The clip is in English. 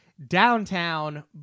downtown